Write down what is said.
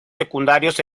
secundarios